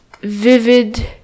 vivid